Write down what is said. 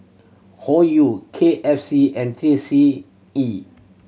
Hoyu K F C and Three C E